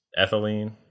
ethylene